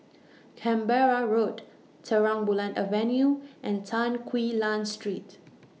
Canberra Road Terang Bulan Avenue and Tan Quee Lan Street